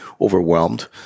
overwhelmed